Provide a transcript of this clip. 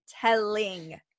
telling